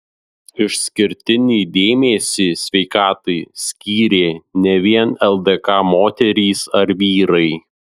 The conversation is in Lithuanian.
išskirtinį dėmesį sveikatai skyrė ne vien ldk moterys ar vyrai